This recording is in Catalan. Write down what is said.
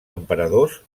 emperadors